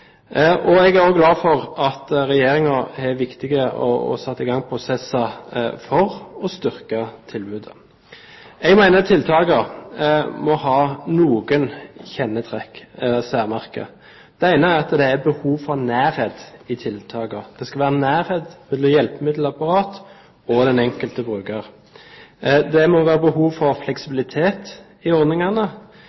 ordninger. Jeg er også glad for at Regjeringen har satt i gang viktige prosesser for å styrke tilbudet. Jeg mener tiltakene må ha noen særmerker. Det ene er at det er behov for nærhet i tiltakene. Det skal være nærhet mellom hjelpemiddelapparat og den enkelte bruker. Det må være behov for